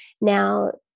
now